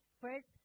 First